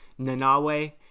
Nanawe